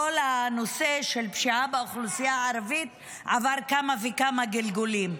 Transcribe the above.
כל הנושא של הפשיעה באוכלוסייה הערבית עבר כמה וכמה גלגולים.